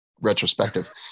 retrospective